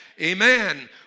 Amen